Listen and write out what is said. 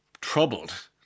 troubled